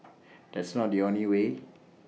that's not the only way